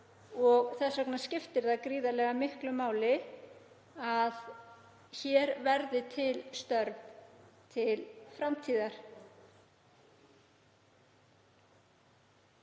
Þess vegna skiptir það gríðarlega miklu máli að hér verði til störf til framtíðar.